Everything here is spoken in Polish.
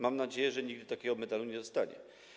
Mam nadzieję, że nigdy takiego medalu nie dostanie.